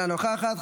אינה נוכחת,